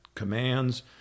Commands